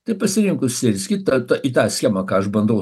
tai pasirinko syrskį ta ta į tą schemą ką aš bandau